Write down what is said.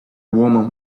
woman